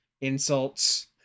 insults